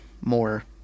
more